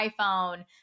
iPhone